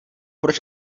proč